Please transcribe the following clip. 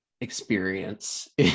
experience